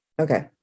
Okay